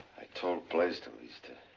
i told blaisdell he's to